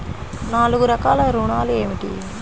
నాలుగు రకాల ఋణాలు ఏమిటీ?